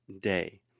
day